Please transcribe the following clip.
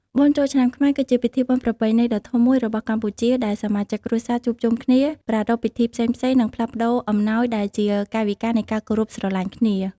បុណ្យចូលឆ្នាំខ្មែរ គឺជាពិធីបុណ្យប្រពៃណីដ៏ធំមួយរបស់កម្ពុជា ដែលសមាជិកគ្រួសារជួបជុំគ្នា ប្រារព្ធពិធីផ្សេងៗ និងផ្លាស់ប្តូរអំណោយដែលជាកាយវិការនៃការគោរពស្រឡាញ់គ្នា។